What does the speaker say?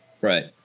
right